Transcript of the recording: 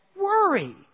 worry